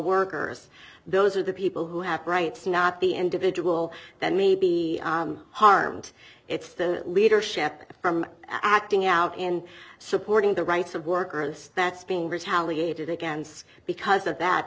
workers those are the people who have rights not the individual that may be harmed it's the leadership from acting out and supporting the rights of workers that's being retaliated against because of that